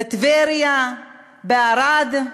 בטבריה, בערד.